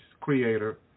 creator